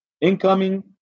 incoming